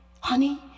honey